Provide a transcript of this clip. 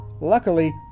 Luckily